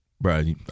bro